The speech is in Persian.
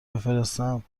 بفرستم